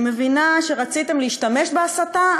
אני מבינה שרציתם להשתמש בהסתה,